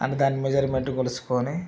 అని దాని మెజరుమెంటు కొలుచుకొని